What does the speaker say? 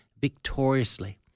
victoriously